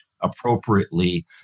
appropriately